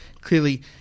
clearly